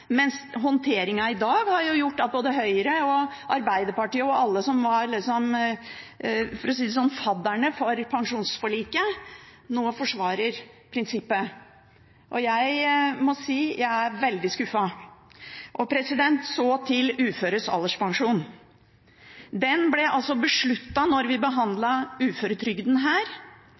mens håndteringen i dag har gjort at både Høyre og Arbeiderpartiet og alle de andre «fadderne» for pensjonsforliket nå forsvarer prinsippet. Jeg må si jeg er veldig skuffet. Til uføres alderspensjon: Den ble besluttet da vi behandlet uføretrygden her.